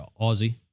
Aussie